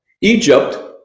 Egypt